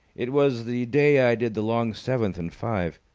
it was the day i did the long seventh in five.